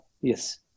yes